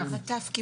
מטף.